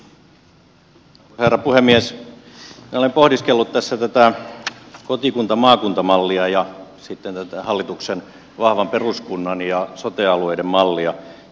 minä olen pohdiskellut tässä tätä kotikuntamaakunta mallia ja sitten tätä hallituksen vahvan peruskunnan ja sote alueiden mallia